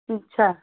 अच्छा